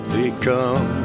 become